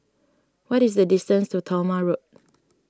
what is the distance to Talma Road